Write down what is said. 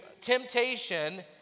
temptation